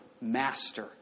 Master